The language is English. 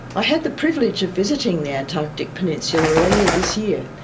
i had the privilege of visiting the antarctic peninsula earlier this year,